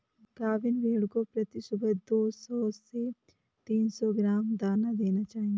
गाभिन भेड़ को प्रति सुबह दो सौ से तीन सौ ग्राम दाना देना चाहिए